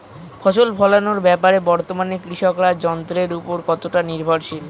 ফসল ফলানোর ব্যাপারে বর্তমানে কৃষকরা যন্ত্রের উপর কতটা নির্ভরশীল?